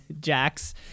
Jax